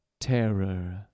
Terror